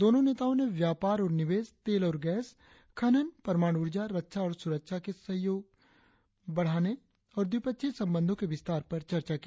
दोनों नेताओं ने व्यापार और निवेश तेल और गैस खनन परमाणु ऊर्जा रक्षा और सुरक्षा के क्षेत्र में सहयोग बढ़ाने और द्विपक्षीय संबंधों के विस्तार पर चर्चा की